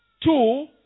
Two